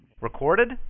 Recorded